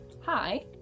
hi